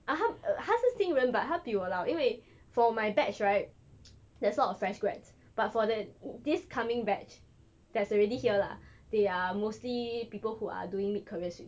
ah 他 um 他是新人 but 他比我老因为 for my batch right there's a lot of fresh grads but for that this coming batch that's already here lah they're mostly people who are doing mid career switch